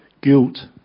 Guilt